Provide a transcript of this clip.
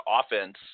offense